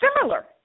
Similar